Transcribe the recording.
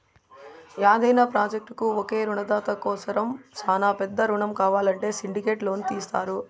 యాదైన ప్రాజెక్టుకు ఒకే రునదాత కోసరం శానా పెద్ద రునం కావాలంటే సిండికేట్ లోను తీస్తారు